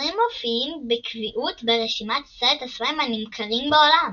הספרים מופיעים בקביעות ברשימת עשרת הספרים הנמכרים בעולם,